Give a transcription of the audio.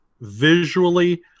visually